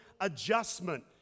adjustment